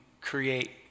create